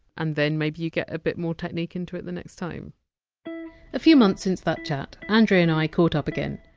and then maybe you get a bit more technique into it the next time a few months since that chat, andrea and i caught up again.